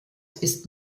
ist